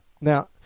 Now